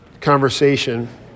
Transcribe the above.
conversation